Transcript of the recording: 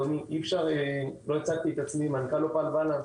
אציג את עצמי אני מנכ"ל אופל באלאנס,